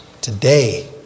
Today